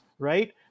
Right